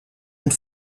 and